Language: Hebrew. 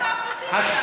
איפה האופוזיציה?